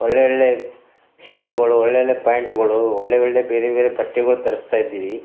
ಒಳ್ಳೆ ಒಳ್ಳೆ ಶರ್ಟುಗಳು ಒಳ್ಳೆ ಒಳ್ಳೆ ಪ್ಯಾಂಟುಗಳು ಒಳ್ಳೆ ಒಳ್ಳೆ ಬೇರೆ ಬೇರೆ ಬಟ್ಟೆಗಳು ತರಿಸ್ತಾಯಿದ್ದೀವಿ